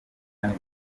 kandi